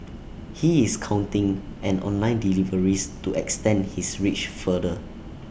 he is counting on online deliveries to extend his reach farther